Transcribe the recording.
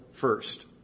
first